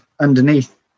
underneath